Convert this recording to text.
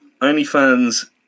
OnlyFans